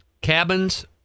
cabins